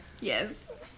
Yes